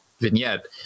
vignette